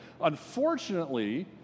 Unfortunately